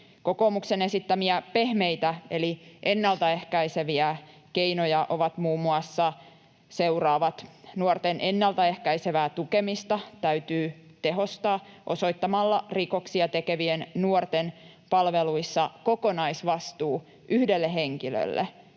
Kokoomuksen esittämiä pehmeitä eli ennaltaehkäiseviä keinoja ovat muun muassa seuraavat: Nuorten ennaltaehkäisevää tukemista täytyy tehostaa osoittamalla rikoksia tekevien nuorten palveluissa kokonaisvastuu yhdelle henkilölle,